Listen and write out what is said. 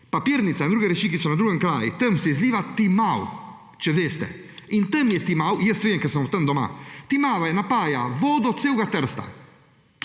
Papirnica, druge reči, ki so na drugem kraju, tam se izliva Timavo, če veste. In tam je Timavo – jaz vem, ker sem od tam doma –; Timavo napaja vodo celega Trsta,